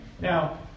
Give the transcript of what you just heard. Now